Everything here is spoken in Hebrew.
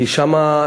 כי שם,